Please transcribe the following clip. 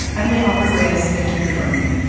emily alpert reyes, thank you for joining me.